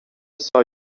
سایه